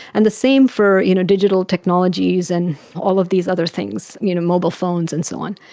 and the same for you know digital technologies and all of these other things, you know mobile phones and so on.